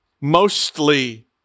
mostly